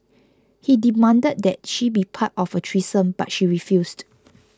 he demanded that she be part of a threesome but she refused